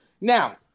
Now